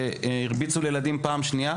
שהרביצו לילדים פעם שנייה?